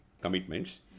commitments